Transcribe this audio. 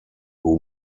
who